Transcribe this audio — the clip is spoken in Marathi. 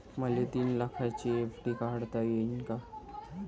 मले तीन लाखाची एफ.डी काढता येईन का?